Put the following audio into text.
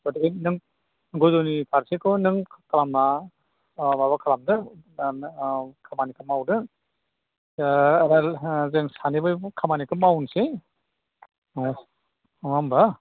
गथिखे नों गोजौनि फारसेखौ नों खालामबा अह माबा खालामदो दाना औ खामानि मावदों होल हो जों सानैबो खामानिखौ मावनोसै हो नङा होमबा